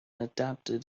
adapted